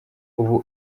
ubu